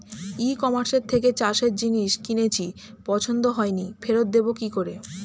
ই কমার্সের থেকে চাষের জিনিস কিনেছি পছন্দ হয়নি ফেরত দেব কী করে?